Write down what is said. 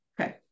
Okay